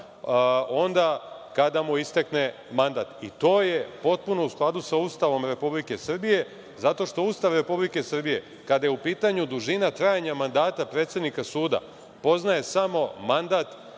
onda kada mu istekne mandat. To je potpuno u skladu sa Ustavom Republike Srbije, zato što Ustav Republike Srbije kada je u pitanju dužina trajanja mandata predsednika suda poznaje samo mandat